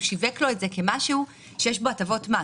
הוא שיווק לו את זה כמשהו שיש בו הטבות מס.